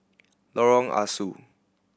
Lorong Ah Soo